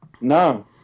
No